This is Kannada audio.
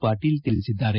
ಪಾಟೀಲ್ ತಿಳಿಸಿದ್ದಾರೆ